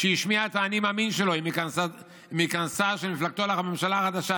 "שהשמיע את האני-מאמין שלו עם הכנסה של מפלגתו לממשלה החדשה,